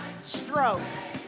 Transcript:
strokes